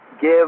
give